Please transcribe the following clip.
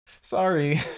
sorry